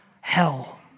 hell